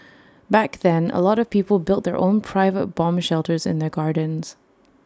back then A lot of people built their own private bomb shelters in their gardens